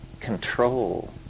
control